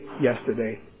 yesterday